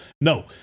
No